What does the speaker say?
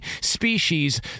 species